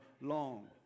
long